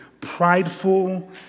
prideful